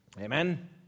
Amen